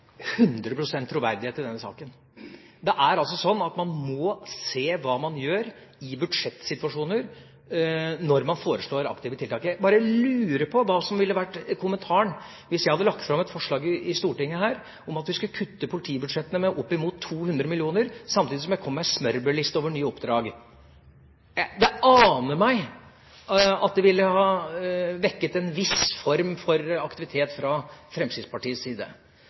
troverdighet i denne saken. Man må se hva man gjør i budsjettsituasjoner, når man foreslår aktive tiltak. Jeg bare lurer på hva som ville vært kommentaren hvis jeg hadde lagt fram et forslag i Stortinget om at vi skulle kutte politibudsjettene med oppimot 200 mill. kr, samtidig som jeg kom med en smørbrødliste over nye oppdrag. Det aner meg at det ville ha vekket en viss form for aktivitet fra Fremskrittspartiets side.